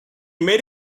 made